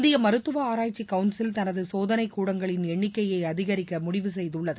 இந்தியமருத்துவஆராய்ச்சிகவுன்சில் தனதுசோதனைக் கூடங்களின் எண்ணிக்கையஅதிகரிக்கமுடிவு செய்துள்ளது